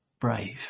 brave